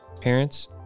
parents